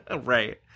Right